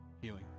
healing